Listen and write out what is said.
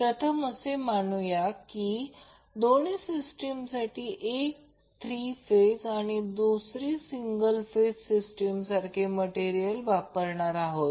प्रथम आपण असे मानूया की दोन्ही सिस्टीमसाठी एक थ्री फेज आणि दुसरी सिंगल फेज सिस्टीम सारखेच मटेरियल वापरणार आहोत